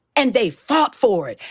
and they fought for it.